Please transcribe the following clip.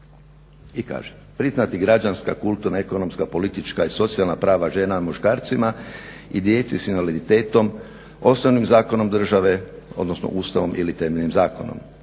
I kaže, priznati građanska, kulturna, ekonomska, politička i socijalna prava žena muškarcima i djeci s invaliditetom, osnovnim zakonom države odnosno Ustavom ili temeljnim zakonom.